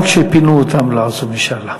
גם כשפינו אותם לא עשו משאל עם.